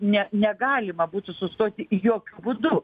ne negalima būtų sustoti jokiu būdu